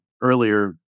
earlier